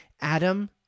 Adam